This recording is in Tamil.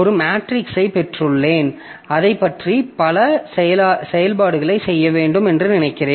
ஒரு மேட்ரிக்ஸைப் பெற்றுள்ளேன் அதைப் பற்றி பல செயல்பாடுகளைச் செய்ய வேண்டும் என்று நினைக்கிறேன்